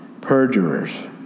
perjurers